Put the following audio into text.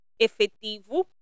efetivo